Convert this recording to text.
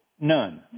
None